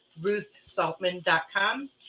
RuthSaltman.com